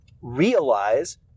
realize